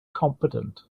competent